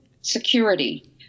security